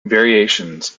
variations